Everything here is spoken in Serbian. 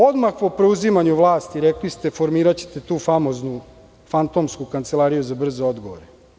Odmah po preuzimanju vlasti ste rekli da ćete formirati tu fantomsku kancelariju za brze odgovore.